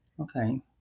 Okay